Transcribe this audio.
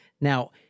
Now